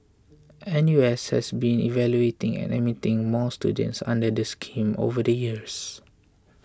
N U S has been evaluating and admitting more students under the scheme over the years